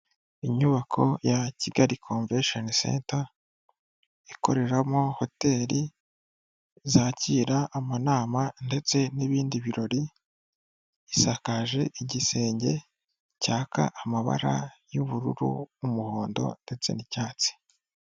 Inyubako ya Kigali convesheni centa, ikoreramo hoteli zakira amanama ndetse n'ibindi birori, isakaje igisenge cyaka amabara y'ubururu, umuhondo ndetse n'icyatsi.